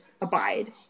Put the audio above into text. abide